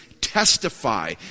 testify